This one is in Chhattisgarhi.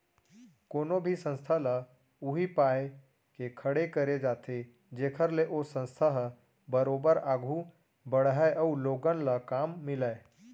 कोनो भी संस्था ल उही पाय के खड़े करे जाथे जेखर ले ओ संस्था ह बरोबर आघू बड़हय अउ लोगन ल काम मिलय